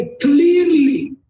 clearly